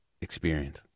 experience